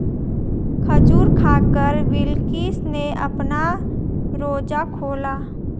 खजूर खाकर बिलकिश ने अपना रोजा खोला